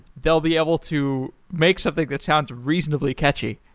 they'll be able to make something that sounds reasonably catchy.